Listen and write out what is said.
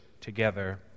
together